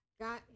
got